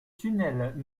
tunnel